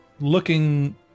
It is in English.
looking